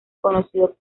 conocido